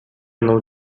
mną